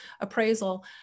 appraisal